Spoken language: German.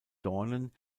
dornen